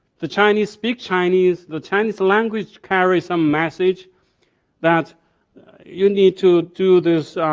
the chinese speak chinese. the chinese language carries a message that you need to do this